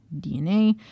DNA